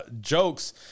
jokes